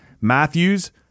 Matthews